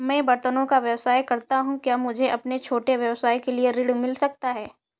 मैं बर्तनों का व्यवसाय करता हूँ क्या मुझे अपने छोटे व्यवसाय के लिए ऋण मिल सकता है?